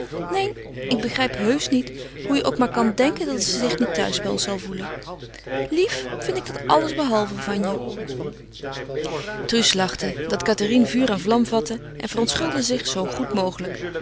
neen ik begrijp heusch niet hoe je ook maar kan denken dat ze zich niet thuis bij ons zal voelen lief vind ik dat allesbehalve van je truus lachte dat cathérine vuur en vlam vatte en verontschuldigde zich zoo goed mogelijk